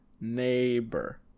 neighbor